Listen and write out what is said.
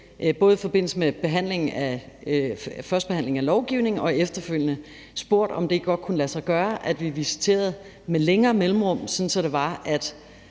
både i forbindelse med førstebehandlingen af forslaget og efterfølgende, spurgt, om det ikke godt kunne lade sig gøre, at vi visiterede med længere mellemrum, sådan at